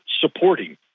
supporting